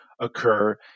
occur